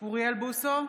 אוריאל בוסו,